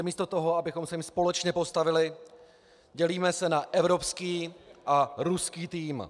Místo toho, abychom se jim společně postavili, dělíme se na evropský a ruský tým.